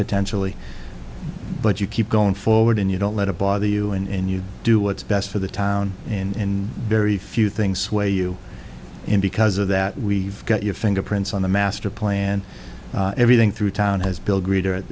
potentially but you keep going forward and you don't let it bother you and you do what's best for the town in very few things way you in because of that we've got your fingerprints on the master plan everything through town has build reader